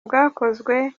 bwakozwe